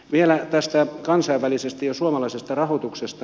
vielä tästä kansainvälisestä ja suomalaisesta rahoituksesta